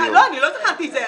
לא, אני לא זכרתי את זה.